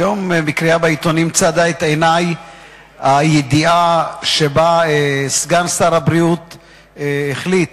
היום בקריאה בעיתונים צדה את עיני הידיעה שלפיה סגן שר הבריאות החליט